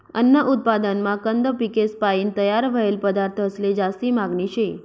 अन्न उत्पादनमा कंद पिकेसपायीन तयार व्हयेल पदार्थंसले जास्ती मागनी शे